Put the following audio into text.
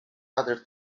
other